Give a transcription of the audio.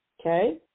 okay